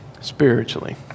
spiritually